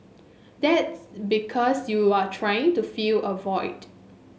that's because you are trying to fill a void